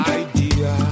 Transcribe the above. idea